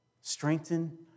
Strengthen